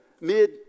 mid